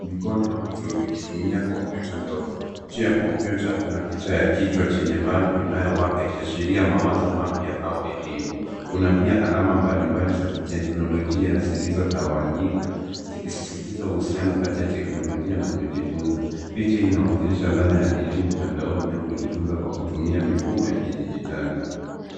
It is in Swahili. Mikono ya mtu ikitumia kompyuta ndogo. Juu ya kompyuta kuna picha ya kichwa chenye balbu inayowaka ikiashiria mawazo mapya au elimu. Kuna pia alama mbalimbali za kiteknolojia zilizotawanyika zikisisitiza uhusiano kati ya teknolojia na kujifunza. Picha inawakilisha dhana ya elimu mtandaoni au kujifunza kwa kutumia mfumo wa kidijitali.